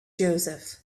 joseph